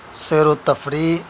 سیر و تفریح